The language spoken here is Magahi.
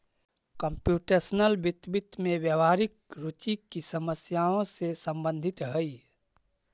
कंप्युटेशनल वित्त, वित्त में व्यावहारिक रुचि की समस्याओं से संबंधित हई